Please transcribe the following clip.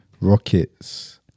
Rockets